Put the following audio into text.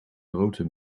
grote